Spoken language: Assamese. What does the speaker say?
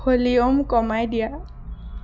ভলিউম কমাই দিয়া